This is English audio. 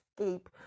escape